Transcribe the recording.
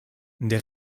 der